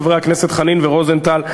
חברי הכנסת חנין ורוזנטל,